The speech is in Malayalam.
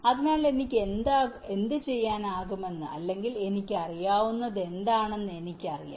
അതിനാൽ എനിക്ക് എന്തുചെയ്യാനാകുമെന്ന് അല്ലെങ്കിൽ എനിക്കറിയാവുന്നതെന്താണെന്ന് എനിക്കറിയാം